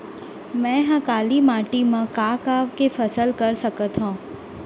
मै ह काली माटी मा का का के फसल कर सकत हव?